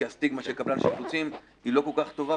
כי הסטיגמה של קבלן שיפוצים היא לא כל כך טובה,